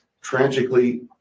tragically